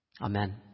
Amen